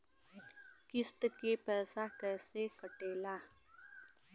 किस्त के पैसा कैसे कटेला?